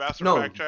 No